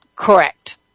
Correct